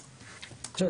עכשיו,